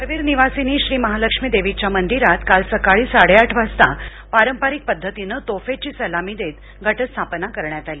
करवीर निवासिनी श्री महालक्ष्मी देवीच्या मंदिरात काल सकाळी साडेआठ वाजता पारंपरिक पद्धतीने तोफेची सलामी देत घटस्थापना करण्यात आली